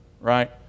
Right